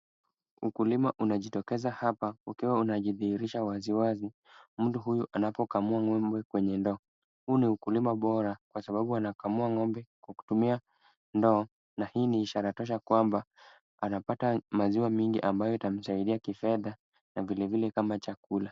Ukulima unajitokeza hapa ukiwa unajihidhirisha wazi wazi mtu huyu anapokamua ng'ombe kwenye ndoo. Huu ni ukulima bora kwa sababu wanakamua ng'ombe kwa kutumia ndoo na hii ni ishara tosha kwamba anapata maziwa mingi ambayo itamsaidia kifedha na vile vile kama chakula.